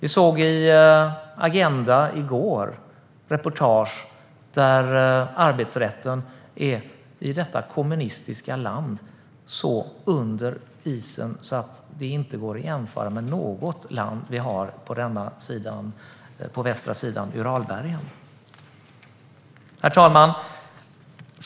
I Agenda i går var det ett reportage som visade att arbetsrätten i detta kommunistiska land är helt under isen. Det går inte att jämföra med något land väster om Uralbergen. Herr talman!